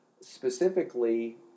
specifically